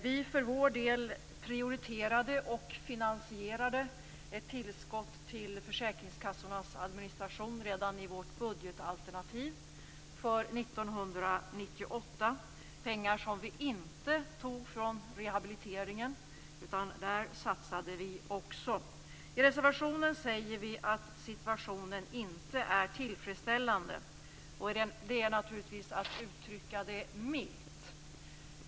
Vi för vår del prioriterade och finansierade ett tillskott till försäkringskassornas administration redan i vårt budgetalternativ för 1998 - pengar som vi inte tog från rehabiliteringen. Där satsade vi också. I reservationen skriver vi att situationen inte är tillfredsställande. Det är naturligtvis att uttrycka det milt.